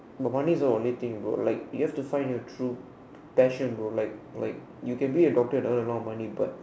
but money is not the only thing bro you have to find your true passion bro like like you can be a doctor earn a lot of money but